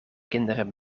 kinderen